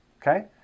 Okay